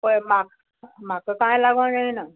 पळय म्हाक म्हाका कांय लागो जायना